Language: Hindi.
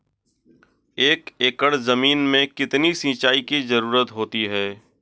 एक एकड़ ज़मीन में कितनी सिंचाई की ज़रुरत होती है?